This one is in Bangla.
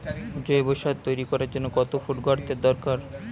জৈব সার তৈরি করার জন্য কত ফুট গর্তের দরকার?